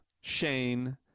Shane